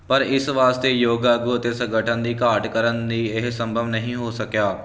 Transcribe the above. ਪਰ ਇਸ ਵਾਸਤੇ ਯੋਗਾ ਅੱਗੋ ਅਤੇ ਸੰਗਠਨ ਦੀ ਘਾਟ ਕਰਨ ਦੀ ਇਹ ਸੰਭਵ ਨਹੀਂ ਹੋ ਸਕਿਆ